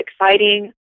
exciting